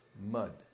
mud